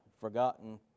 forgotten